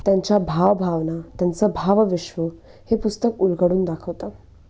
त्यांच्या भावभावना त्यांचं भावविश्व हे पुस्तक उलगडून दाखवतं